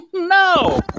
no